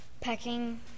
pecking